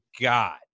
God